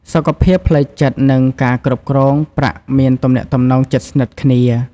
សុខភាពផ្លូវចិត្ត និងការគ្រប់គ្រងប្រាក់មានទំនាក់ទំនងជិតស្និទ្ធគ្នា។